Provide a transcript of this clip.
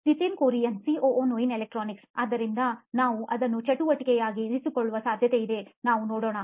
Nitin Kurian COO ನೋಯಿನ್ electronics ಆದ್ದರಿಂದ ನಾವು ಅದನ್ನು ಚಟುವಟಿಕೆಯಾಗಿ ಇರಿಸಿಕೊಳ್ಳುವ ಸಾಧ್ಯತೆಯಿದೆ ನಾವು ನೋಡೋಣ